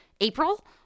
April